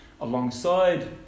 alongside